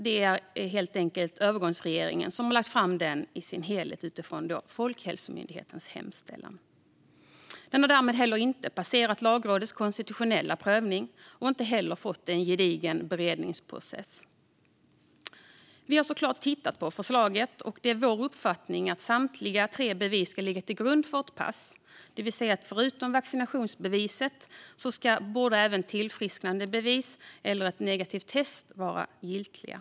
Det är helt enkelt övergångsregeringen som har lagt fram den i dess helhet utifrån Folkhälsomyndighetens hemställan. Den har därmed inte heller passerat Lagrådets konstitutionella prövning och inte heller genomgått en gedigen beredningsprocess. Vi har såklart tittat på förslaget, och det är vår uppfattning att samtliga tre bevis ska ligga till grund för ett pass. Det vill säga att förutom vaccinationsbevis ska även tillfrisknandebevis och ett negativt test vara giltiga.